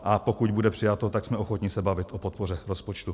A pokud bude přijato, tak jsme ochotni se bavit o podpoře rozpočtu.